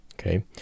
Okay